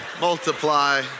multiply